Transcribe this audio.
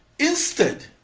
instead,